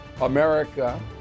America